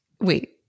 Wait